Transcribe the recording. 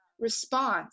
response